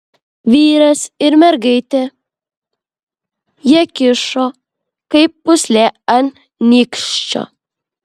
vyras ir mergaitė jie kyšo kaip pūslė ant nykščio